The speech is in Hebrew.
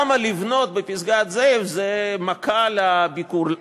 למה לבנות בפסגת-זאב זה מכה לביקור?